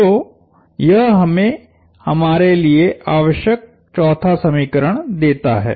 तो यह हमें हमारे लिए आवश्यक चौथा समीकरण देता है